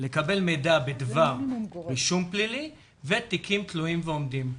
בדבר רישום פלילי ותיקים תלויים ועומדים,